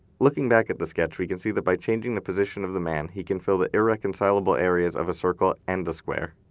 looking back at the sketch, we can see that by changing the position of the man, he can fill the irreconcilable areas of a circle and a square.